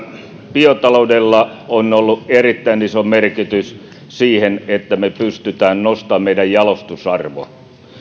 biotaloudella on ollut erittäin iso merkitys siinä että me pystymme nostamaan meidän jalostusarvoa